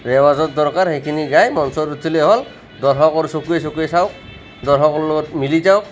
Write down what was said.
ৰেৱাজৰ দৰকাৰ সেইখিনি গাই মঞ্চত উঠিলেই হ'ল দৰ্শকৰ চকুৱে চকুৱে চাওক দৰ্শকৰ লগত মিলি যাওক